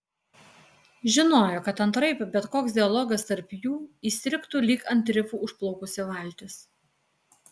žinojo kad antraip bet koks dialogas tarp jų įstrigtų lyg ant rifų užplaukusi valtis